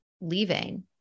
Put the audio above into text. leaving